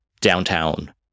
downtown